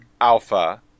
alpha